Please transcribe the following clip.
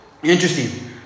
Interesting